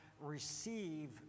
receive